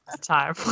time